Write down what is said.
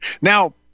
Now